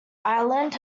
ireland